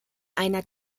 einer